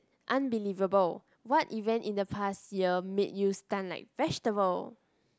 unbelievable what event in the past year make you stun like vegetable